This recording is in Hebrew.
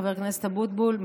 חבר הכנסת אבוטבול,